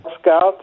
Scouts